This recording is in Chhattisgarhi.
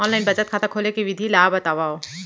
ऑनलाइन बचत खाता खोले के विधि ला बतावव?